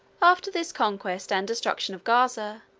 after this conquest and destruction of gaza,